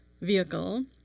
vehicle